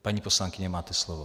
Paní poslankyně, máte slovo.